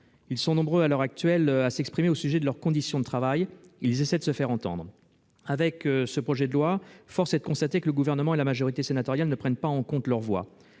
Ils sont nombreux, à l'heure actuelle, à s'exprimer au sujet de leurs conditions de travail ; ils essaient de se faire entendre, mais avec ce projet de loi, force est de constater que le Gouvernement et la majorité sénatoriale ne prennent pas en compte leur voix.